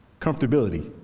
comfortability